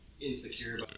insecure